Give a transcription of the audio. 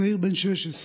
צעיר בן 16,